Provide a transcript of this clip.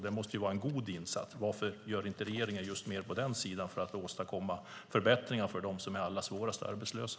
Det måste vara en god insats. Varför gör inte regeringen mer på den sidan för att åstadkomma förbättringar för dem som är allra svårast arbetslösa?